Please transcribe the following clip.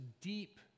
deep